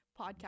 podcast